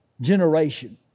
generation